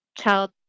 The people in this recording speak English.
child